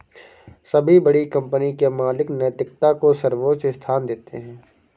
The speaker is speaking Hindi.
सभी बड़ी कंपनी के मालिक नैतिकता को सर्वोच्च स्थान देते हैं